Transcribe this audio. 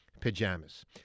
pajamas